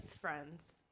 friends